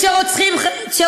קיצונית.